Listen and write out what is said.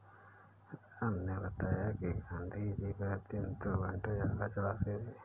राम ने बताया कि गांधी जी प्रतिदिन दो घंटे चरखा चलाते थे